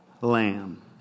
lamb